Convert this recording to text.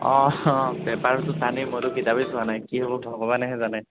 অঁ পেপাৰটো টানেই মইটো কিতাপেই চোৱা নাই কি হ'ব ভগৱানেহে জানে